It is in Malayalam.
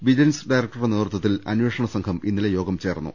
വിജിലൻസ് ഡയറക്ടറുടെ നേതൃത്വത്തിൽ അന്വേഷണ സംഘം ഇന്നലെ യോഗം ചേർന്നു